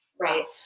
right